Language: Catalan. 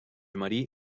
marí